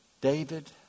David